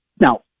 Now